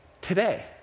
today